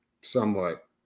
Somewhat